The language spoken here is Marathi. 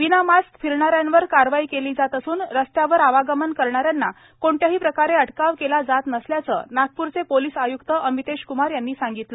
विनामास्क फिरणाऱ्यांवर कारवाई केली जात असून रस्त्यावर आवागमन करणाऱ्यांना कोणत्याही प्रकारे अटकाव केला जात नसल्याचे नागपूरचे पोलिस आयुक्त अमितेशकुमार यांनी सांगितले